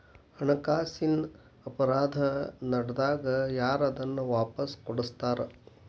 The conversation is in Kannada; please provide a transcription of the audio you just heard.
ಹಣಕಾಸಿನ್ ಅಪರಾಧಾ ನಡ್ದಾಗ ಯಾರ್ ಅದನ್ನ ವಾಪಸ್ ಕೊಡಸ್ತಾರ?